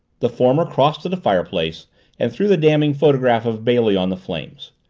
the former crossed to the fireplace and threw the damning photograph of bailey on the flames.